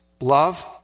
love